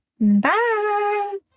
Bye